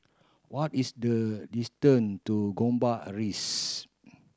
what is the distance to Gombak Rise